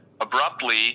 abruptly